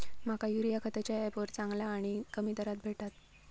माका युरिया खयच्या ऍपवर चांगला आणि कमी दरात भेटात?